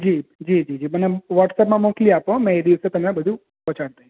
જી જી મને વૉટ્સઅપમાં મોકલી આપો મેં દિવસે બધું પહોંચાડી દઈએ